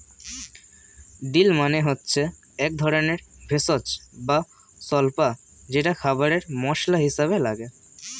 deal মানে হচ্ছে একধরনের ভেষজ বা স্বল্পা যেটা খাবারে মসলা হিসেবে লাগে